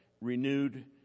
renewed